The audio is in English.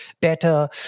better